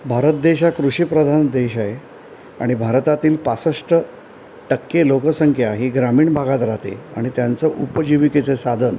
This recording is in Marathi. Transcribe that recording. भारत देश हा कृषिप्रधान देश आहे आणि भारतातील पासष्ट टक्के लोकसंख्या ही ग्रामीण भागात राहते आणि त्यांचं उपजीविकेचं साधन